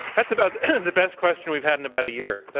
that's about the best question we've had in about a year.